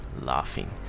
laughing